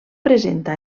presenta